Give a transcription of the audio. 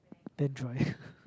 damn dry